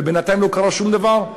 ובינתיים לא קרה שום דבר.